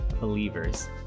believers